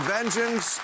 Vengeance